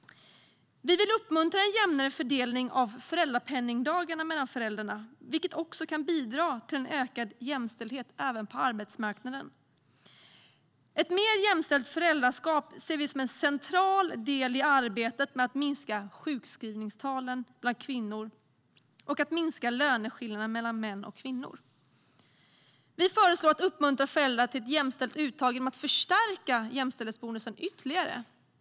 Vi vill uppmuntra en jämnare fördelning av föräldrapenningdagarna mellan föräldrarna, vilket också kan bidra till en ökad jämställdhet även på arbetsmarknaden. Ett mer jämställt föräldraskap ser vi som en central del i arbetet med att minska sjukskrivningstalen bland kvinnor och att minska löneskillnaden mellan män och kvinnor. Vi föreslår att föräldrar uppmuntras till ett jämställt uttag av föräldradagar genom att förstärka jämställdhetsbonusen ytterligare.